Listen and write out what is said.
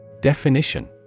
Definition